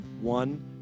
One